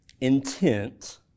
intent